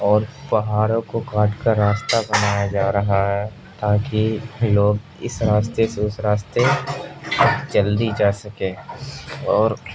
اور پہاڑوں کو کاٹ کر راستہ بنایا جا رہا ہے تاکہ لوگ اس راستے سے اس راستے جلدی جا سکیں اور